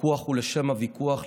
הוויכוח הוא לשם הוויכוח,